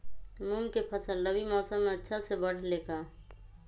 मूंग के फसल रबी मौसम में अच्छा से बढ़ ले का?